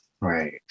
Right